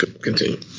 Continue